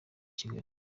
kigali